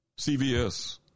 CVS